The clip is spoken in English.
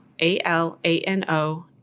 A-L-A-N-O